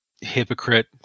hypocrite